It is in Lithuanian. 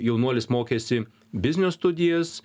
jaunuolis mokėsi biznio studijas